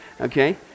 okay